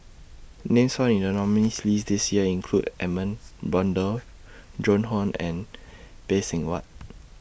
Names found in The nominees' list This Year include Edmund Blundell Joan Hon and Phay Seng Whatt